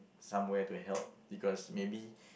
somewhere to help because maybe